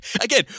again